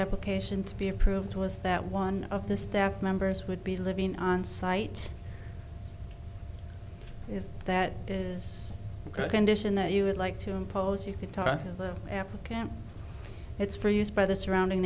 application to be approved was that one of the staff members would be living onsite if that is the condition that you would like to impose you could talk to the apple camp it's for use by the surrounding